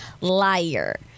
liar